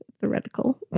Theoretical